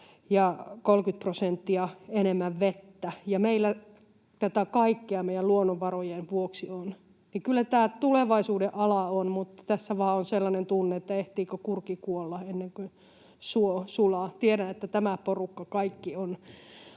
enemmän vettä ja meillä tätä kaikkea meidän luonnonvarojen vuoksi on, niin kyllä tämä tulevaisuuden ala on. Tässä vain on sellainen tunne, että ehtiikö kurki kuolla ennen kuin suo sulaa. Tiedän, että tämä porukka, kaikki,